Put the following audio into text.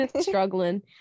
struggling